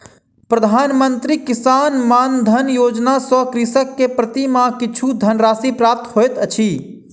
प्रधान मंत्री किसान मानधन योजना सॅ कृषक के प्रति माह किछु धनराशि प्राप्त होइत अछि